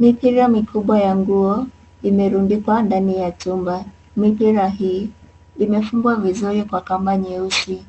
Mipira mikubwa ya nguo imerundikwa ndani ya chumba mipira hii imefungwa vizuri kwa kamba nyeusi